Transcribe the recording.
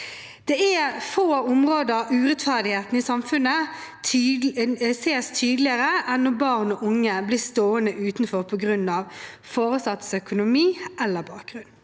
Det er få områder urettferdigheten i samfunnet ses tydeligere enn når barn og unge blir stående utenfor på grunn av foresattes økonomi eller bakgrunn.